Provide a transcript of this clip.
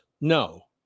No